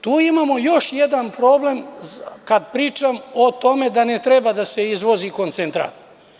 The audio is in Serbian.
Tu imamo još jedan problem, kada pričam o tome da ne treba da se izvozi koncentrat.